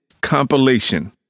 compilation